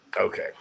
Okay